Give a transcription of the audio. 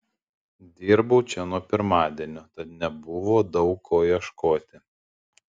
dirbau čia nuo pirmadienio tad nebuvo daug ko ieškoti